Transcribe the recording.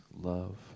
love